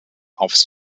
aufs